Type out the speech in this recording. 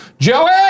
Joey